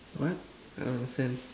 what I don't understand